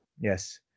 yes